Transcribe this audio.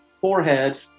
Forehead